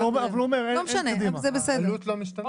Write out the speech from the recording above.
לא, אבל הוא אומר - העלות לא משתנה.